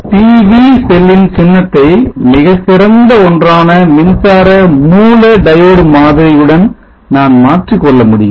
PV செல்லின் சின்னத்தை மிகச்சிறந்த ஒன்றான மின்சார மூல diode மாதிரியுடன் நான் மாற்றிக்கொள்ள முடியும்